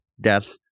death